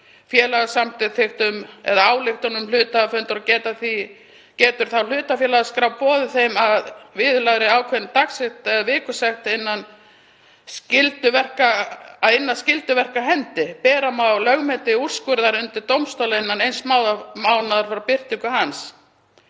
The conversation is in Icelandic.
félagssamþykktum eða ályktunum hluthafafundar og getur þá hlutafélagaskrá boðið þeim, að viðlagðri ákveðinni dagsekt eða vikusekt, að inna skylduverk af hendi. Bera má lögmæti úrskurðar undir dómstóla innan eins mánaðar frá birtingu hans.“